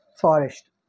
forest